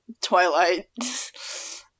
twilight